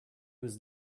was